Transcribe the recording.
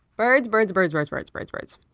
birds, birds, birds, birds, birds, birds, birds.